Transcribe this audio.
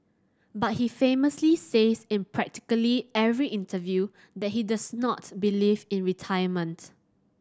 but he famously says in practically every interview that he does not believe in retirement